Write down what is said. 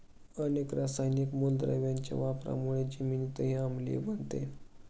अनेक रासायनिक मूलद्रव्यांच्या वापरामुळे जमीनही आम्लीय बनते